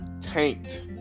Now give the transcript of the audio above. tanked